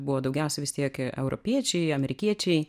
buvo daugiausiai vis tiek europiečiai amerikiečiai